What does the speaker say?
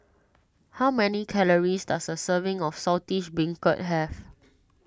how many calories does a serving of Saltish Beancurd have